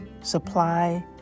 supply